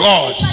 God